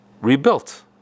rebuilt